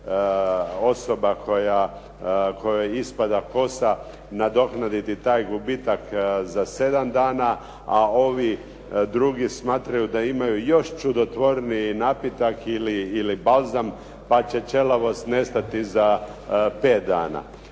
osoba kojoj ispada kosa nadoknaditi taj gubitak za 7 dana, a ovi drugi smatraju da imaju još čudotvorniji napitak ili balzam, pa će ćelavost nestati za 5 dana.